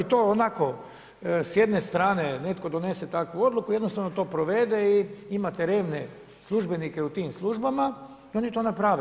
I to onako s jedne strane netko donese takvu odluku, jednostavno to provede i imate revne službenike u tim službama i oni to naprave.